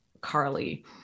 Carly